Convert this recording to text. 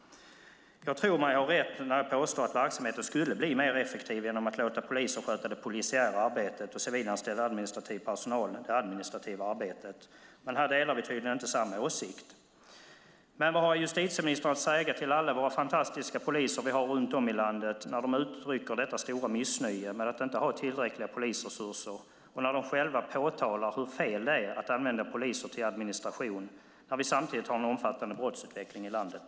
Jag tror mig ha rätt när jag påstår att verksamheten skulle bli mer effektiv genom att man låter poliser sköta det polisiära arbetet och civilanställd administrativ personal det administrativa arbetet. Men här har vi tydligen inte samma åsikt. Vad har justitieministern att säga till alla de fantastiska poliser vi har runt om i landet när de uttrycker detta stora missnöje med att inte ha tillräckliga polisresurser? De påtalar själva hur fel det är att använda poliser till administration när vi samtidigt har en omfattande brottsutveckling i landet.